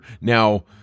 Now